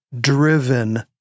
driven